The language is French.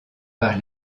par